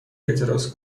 اعتراض